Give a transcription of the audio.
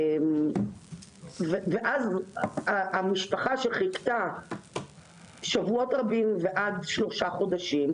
ואז המשפחה שחיכתה בין שבועות רבים לשלושה חודשים,